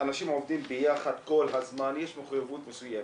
אנשים עובדים ביחד כל הזמן, יש מחויבות מסוימת,